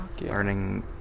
learning